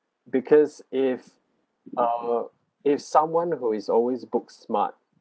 because if uh if someone who is always book smart